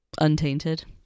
Untainted